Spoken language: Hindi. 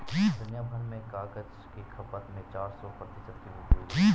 दुनियाभर में कागज की खपत में चार सौ प्रतिशत की वृद्धि हुई है